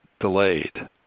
delayed